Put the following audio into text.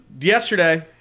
yesterday